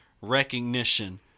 recognition